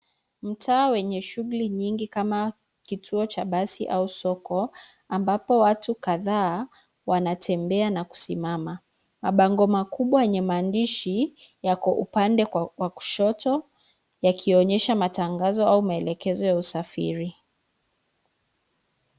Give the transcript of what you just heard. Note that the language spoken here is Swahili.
Mtaa wenye shughuli nyingi kama kituo cha basi au soko ambapo watu kadhaa wanatembea na kusimama. Mabango makubwa yenye maandishi yako upande wa kushoto yakionyesha matangazo au maelekezo ya usafiri.